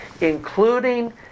including